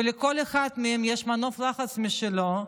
ולכל אחד מהם יש מנוף לחץ משלו.